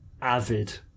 avid